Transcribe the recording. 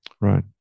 Right